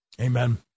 Amen